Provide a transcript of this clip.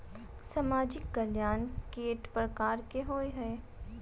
सामाजिक कल्याण केट प्रकार केँ होइ है?